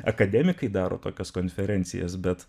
akademikai daro tokias konferencijas bet